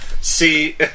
See